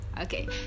Okay